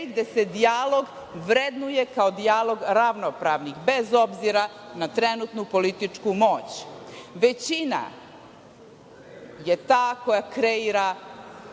gde se dijalog vrednuje kao dijalog ravnopravnih, bez obzira na trenutnu političku moć. Većina je ta koja kreira